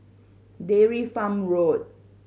Dairy Farm Road